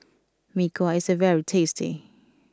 Mee Kuah is very tasty